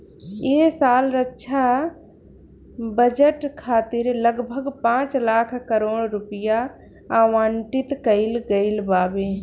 ऐ साल रक्षा बजट खातिर लगभग पाँच लाख करोड़ रुपिया आवंटित कईल गईल बावे